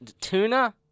Tuna